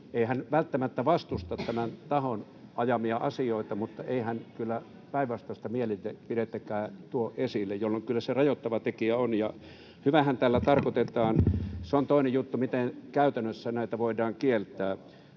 ei hän välttämättä vastusta tämän tahon ajamia asioita mutta ei hän kyllä päinvastaista mielipidettäkään tuo esille, jolloin kyllä se rajoittava tekijä on. Ja hyväähän tällä tarkoitetaan. Se on toinen juttu, miten käytännössä näitä voidaan kieltää.